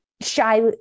shy